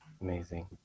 Amazing